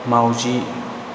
माउजि